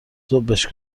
ذوبش